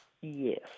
Yes